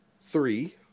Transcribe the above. three